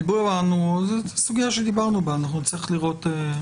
זו סוגיה שדיברנו בה, אנחנו נצטרך לראות.